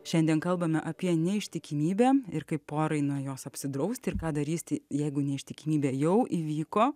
šiandien kalbame apie neištikimybę ir kaip porai nuo jos apsidrausti ir ką darysti jeigu neištikimybė jau įvyko